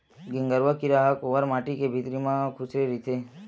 गेंगरूआ कीरा ह कोंवर माटी के भितरी म खूसरे रहिथे